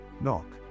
knock